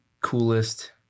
coolest